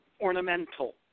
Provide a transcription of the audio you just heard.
ornamental